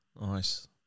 Nice